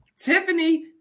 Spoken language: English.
Tiffany